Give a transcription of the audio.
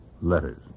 Letters